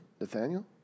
Nathaniel